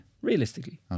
realistically